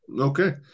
Okay